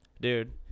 dude